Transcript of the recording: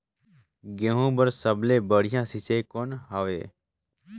गहूं बर सबले बढ़िया सिंचाई कौन हवय?